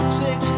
six